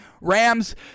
Rams